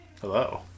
hello